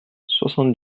soixante